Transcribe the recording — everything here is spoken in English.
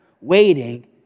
waiting